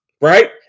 right